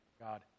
God